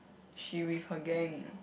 she with her gang